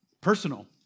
personal